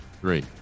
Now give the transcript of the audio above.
three